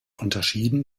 unterschieden